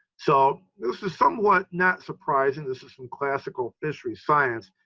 so this is somewhat not surprising. this is some classical fishery science,